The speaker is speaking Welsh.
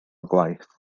gwaith